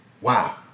Wow